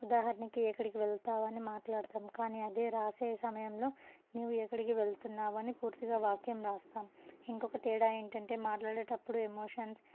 ఉదాహరణకి ఎక్కడికి వెళతావని మాట్లాడతాము కానీ అదే వ్రాసే సమయంలో నీవు ఎక్కడికి వెళుతున్నావని పూర్తిగా వాక్యం వ్రాస్తాము ఇంకొక తేడా ఏంటంటే మాట్లాడేటప్పుడు ఎమోషన్స్